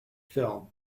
film